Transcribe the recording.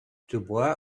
dubois